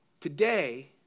Today